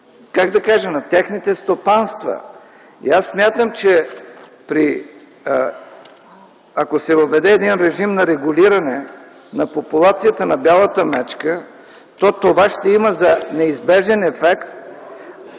район или на техните стопанства. Смятам, че ако се въведе режим на регулиране на популацията на бялата мечка, то това ще има за неизбежен ефект…